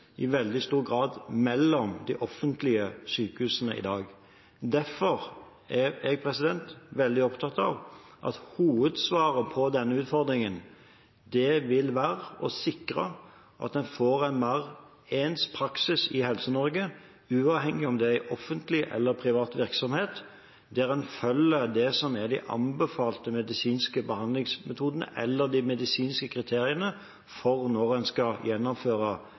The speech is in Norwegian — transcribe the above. i veldig stor grad mellom de offentlige sykehusene i dag. Derfor er jeg veldig opptatt av at hovedsvaret på denne utfordringen vil være å sikre at man får en mer ens praksis i Helse-Norge, uavhengig av om det er i offentlig eller privat virksomhet, der man følger det som er de anbefalte medisinske behandlingsmetodene eller de medisinske kriteriene for når en skal gjennomføre